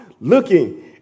looking